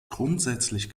grundsätzlich